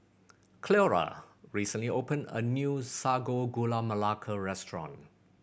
Cleora recently opened a new Sago Gula Melaka restaurant